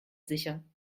sicher